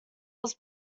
was